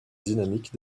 dynamique